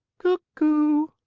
cuck oo!